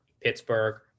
Pittsburgh